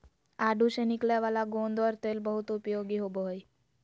आडू से निकलय वाला गोंद और तेल बहुत उपयोगी होबो हइ